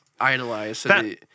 idolize